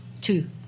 two